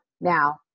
now